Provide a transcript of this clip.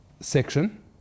section